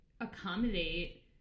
accommodate